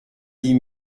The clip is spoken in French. dix